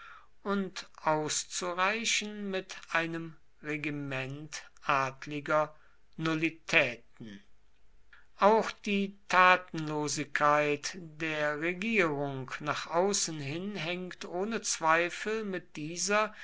und auszureichen mit einem regiment adliger nullitäten auch die tatenlosigkeit der regierung nach außen hin hängt ohne zweifel mit dieser